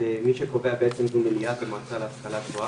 שימונה לפי המלצת המועצה להשכלה גבוהה"